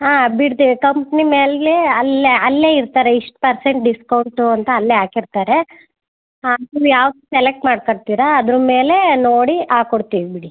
ಹಾಂ ಬಿಡ್ತೀವಿ ಕಂಪ್ನಿ ಮೇಲೆ ಅಲ್ಲೇ ಅಲ್ಲೇ ಇಡ್ತಾರೆ ಇಷ್ಟು ಪರ್ಸೆಂಟ್ ಡಿಸ್ಕೌಂಟು ಅಂತ ಅಲ್ಲೇ ಹಾಕಿರ್ತಾರೆ ಹಾಂ ನೀವು ಯಾವ್ದು ಸೆಲೆಕ್ಟ್ ಮಾಡ್ಕೊಂತೀರ ಅದ್ರ ಮೇಲೆ ನೋಡಿ ಹಾಕ್ಕೊಡ್ತೀವಿ ಬಿಡಿ